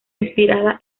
inspirada